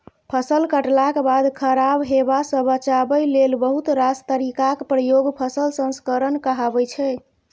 फसल कटलाक बाद खराब हेबासँ बचाबै लेल बहुत रास तरीकाक प्रयोग फसल संस्करण कहाबै छै